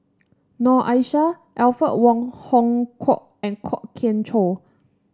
Noor Aishah Alfred Wong Hong Kwok and Kwok Kian Chow